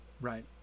right